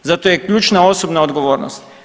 Zato je ključna osobna odgovornost.